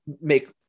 make